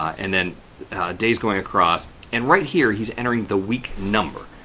and then days going across and right here, he's entering the week number.